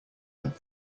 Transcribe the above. that